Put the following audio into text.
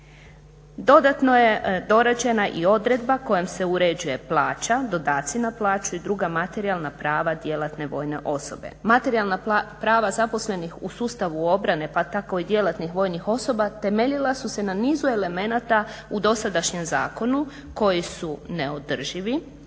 Dodatno je dorađena i odredba kojom se uređuje plaća, dodaci na plaću i druga materijalna prava djelatne vojne osobe. Materijalna prava zaposlenih u sustavu obrane pa tako i djelatnih vojnih osoba temeljila su se na nizu elemenata u dosadašnjem zakonu koji su neodrživi